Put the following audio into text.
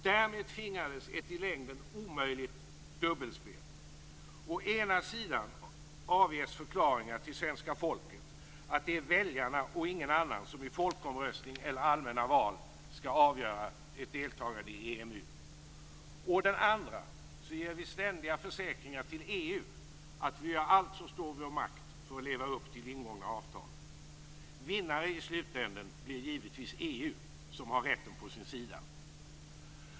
Därmed framtvingades ett i längden omöjligt dubbelspel. Å ena sidan avges förklaringar till svenska folket att det är väljarna och inga andra som i folkomröstning eller allmänna val skall avgöra ett deltagande i EMU. Å andra sidan ger vi ständiga försäkringar till EU att vi gör allt som står i vår makt för att leva upp till ingångna avtal. Vinnare i slutändan blir givetvis EU som har rätten på sin sida.